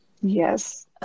Yes